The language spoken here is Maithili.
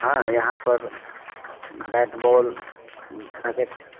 हँ यहाँपर बैट बॉल अहाँके